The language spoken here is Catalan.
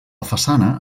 façana